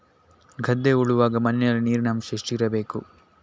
ಗದ್ದೆ ಉಳುವಾಗ ಮಣ್ಣಿನಲ್ಲಿ ನೀರಿನ ಅಂಶ ಎಷ್ಟು ಇರಬೇಕು?